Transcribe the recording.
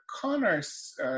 Connors